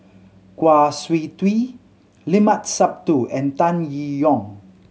Kwa Siew Tee Limat Sabtu and Tan Yee Yong